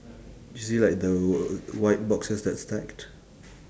do you see like the white boxes that side